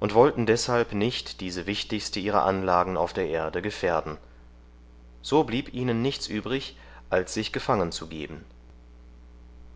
und wollten deshalb nicht diese wichtigste ihrer anlagen auf der erde gefährden so blieb ihnen nichts übrig als sich gefangenzugeben